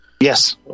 Yes